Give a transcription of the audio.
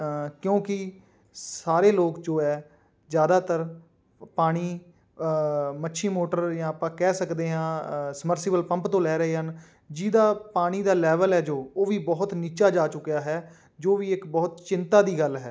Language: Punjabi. ਕਿਉਂਕਿ ਸਾਰੇ ਲੋਕ ਜੋ ਹੈ ਜ਼ਿਆਦਾਤਰ ਪਾਣੀ ਮੱਛੀ ਮੋਟਰ ਜਾਂ ਆਪਾਂ ਕਹਿ ਸਕਦੇ ਹਾਂ ਅ ਸਮਰਸੀਬਲ ਪੰਪ ਤੋਂ ਲੈ ਰਹੇ ਹਨ ਜਿਹਦਾ ਪਾਣੀ ਦਾ ਲੈਵਲ ਹੈ ਜੋ ਉਹ ਵੀ ਬਹੁਤ ਨੀਚਾ ਜਾ ਚੁੱਕਿਆ ਹੈ ਜੋ ਵੀ ਇੱਕ ਬਹੁਤ ਚਿੰਤਾ ਦੀ ਗੱਲ ਹੈ